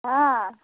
हँ